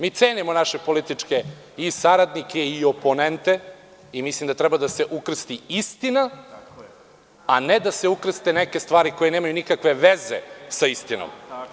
Mi cenimo naše političke i saradnike i oponente i mislim da treba da se ukrsti istina, a ne da se ukrste neke stvari koje nemaju nikakve veze sa istinom.